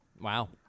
Wow